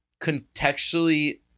contextually